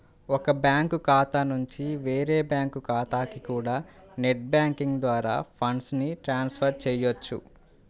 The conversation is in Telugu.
ఒక బ్యాంకు ఖాతా నుంచి వేరే బ్యాంకు ఖాతాకి కూడా నెట్ బ్యాంకింగ్ ద్వారా ఫండ్స్ ని ట్రాన్స్ ఫర్ చెయ్యొచ్చు